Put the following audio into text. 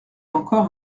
encore